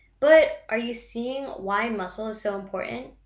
but are you seeing why muscle is so important?